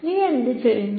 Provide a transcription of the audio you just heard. നീ എന്ത് ചെയ്യുന്നു